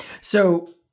So-